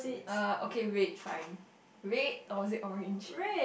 uh okay red fine red or is it orange